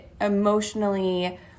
emotionally